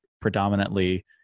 predominantly –